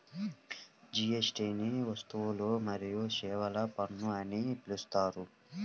జీఎస్టీని వస్తువులు మరియు సేవల పన్ను అని పిలుస్తారు